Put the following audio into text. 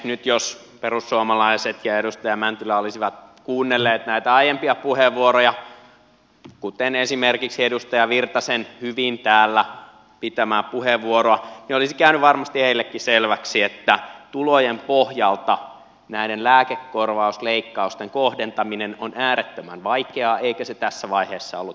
nyt jos perussuomalaiset ja edustaja mäntylä olisivat kuunnelleet näitä aiempia puheenvuoroja kuten esimerkiksi edustaja virtasen hyvin täällä käyttämää puheenvuoroa niin olisi käynyt varmasti heillekin selväksi että tulojen pohjalta näiden lääkekorvausleikkausten kohdentaminen on äärettömän vaikeaa eikä se tässä vaiheessa ollut mahdollista